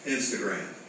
Instagram